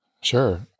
Sure